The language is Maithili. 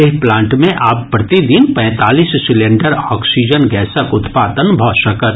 एहि प्लांट सँ आब प्रतिदिन पैंतालीस सिलेंडर ऑक्सीजन गैसक उत्पादन भऽ सकत